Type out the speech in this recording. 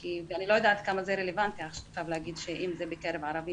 אני לא יודעת כמה זה רלוונטי עכשיו להגיד אם זה בקרב ערבים.